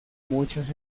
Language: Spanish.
muchas